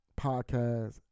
podcast